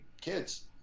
kids